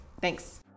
Thanks